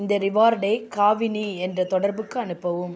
இந்த ரிவார்டை காவினி என்ற தொடர்புக்கு அனுப்பவும்